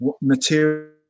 material